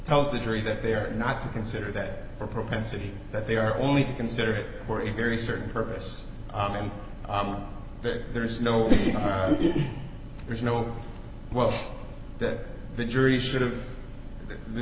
tells the jury that they're not to consider that for a propensity that they are only to consider for a very certain purpose m m but there is no you there's no well that the jury should have the